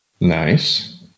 Nice